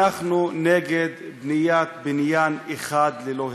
אנחנו נגד בניית בניין אחד ללא היתר,